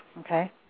okay